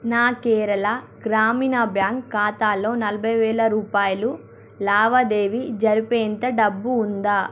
నా కేరళ గ్రామీణ బ్యాంక్ ఖాతాలో నలబై వేల రూపాయల లావాదేవీ జరిపేంత డబ్బు ఉందా